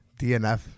DNF